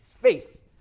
faith